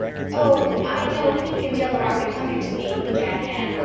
oh. i know pink and yellow aren't becoming to me, began anne.